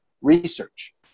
research